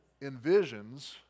envisions